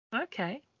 Okay